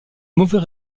mauvais